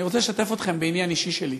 אני רוצה לשתף אתכם בעניין אישי שלי.